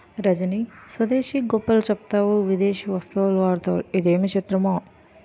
రజనీ స్వదేశీ గొప్పలు చెప్తావు విదేశీ వస్తువులు వాడతావు ఇదేమి చిత్రమో